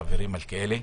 חברי מלכיאלי.